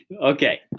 Okay